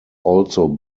also